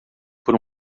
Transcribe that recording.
por